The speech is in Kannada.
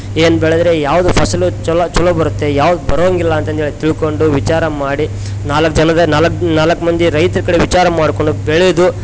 ಏನು ಬೆಳೆದ್ರೆ ಯಾವುದು ಫಸಲು ಚಲೋ ಚಲೋ ಬರುತ್ತೆ ಯಾವ್ದು ಬರೊಂಗಿಲ್ಲ ಅಂತಂದು ಹೇಳಿ ತಿಳಕೊಂಡು ವಿಚಾರ ಮಾಡಿ ನಾಲ್ಕು ಜನದ ನಾಲ್ಕು ನಾಲ್ಕು ಮಂದಿ ರೈತ್ರ ಕಡೆ ವಿಚಾರ ಮಾಡಿಕೊಂಡು ಬೆಳೆದು